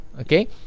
okay